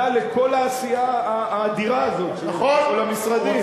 לכל העשייה האדירה הזאת של כל המשרדים.